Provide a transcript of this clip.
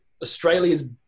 Australia's